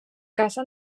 casa